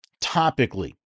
topically